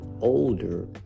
older